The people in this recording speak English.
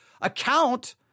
account